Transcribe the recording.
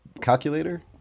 calculator